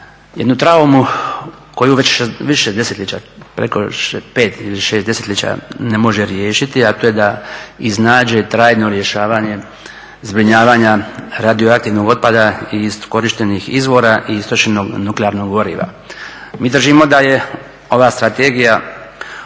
jednu traumu koju već više desetljeća preko 5 ili 6 desetljeća ne može riješiti, a to je da iznađe trajno rješavanje zbrinjavanja radioaktivnog otpada i iskorištenih izvora i istrošenog nuklearnog goriva. Mi držimo da je ova strategija u